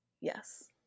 Yes